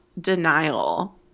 denial